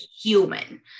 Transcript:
human